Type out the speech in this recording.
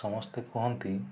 ସମସ୍ତେ କୁହନ୍ତି